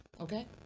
Okay